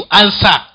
answer